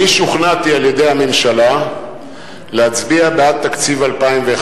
אני שוכנעתי על-ידי הממשלה להצביע בעד תקציב 2011,